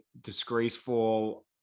disgraceful